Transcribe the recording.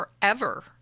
forever